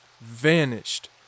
vanished